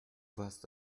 warst